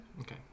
Okay